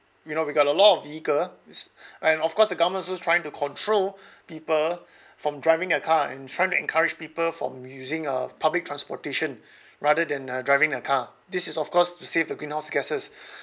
you know we've got a lot of vehicles and of course the government is also trying to control people from driving a car and trying to encourage people from using a public transportation rather than uh driving a car this is of course to save the greenhouse gases